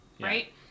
right